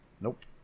Nope